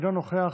אינו נוכח,